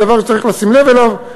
זה דבר שצריך לשים לב אליו.